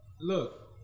Look